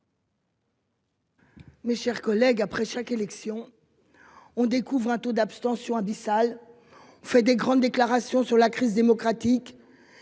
Mes chers collègues, après chaque élection. On découvre un taux d'abstention abyssale. Fait des grandes déclarations sur la crise démocratique.